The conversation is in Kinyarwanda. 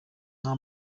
nta